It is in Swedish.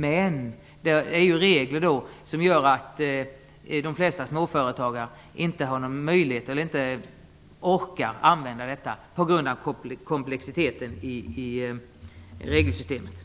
Men dessa regler gör ju att de flesta småföretagare inte har någon möjlighet eller inte orkar använda detta på grund av komplexiteten i regelsystemet.